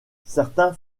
certains